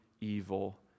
evil